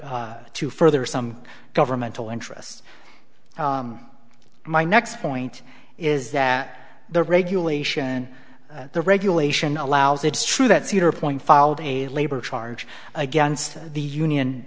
to further some governmental interests my next point is that the regulation the regulation allows it's true that cedar point filed a labor charge against the union